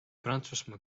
prantsusmaa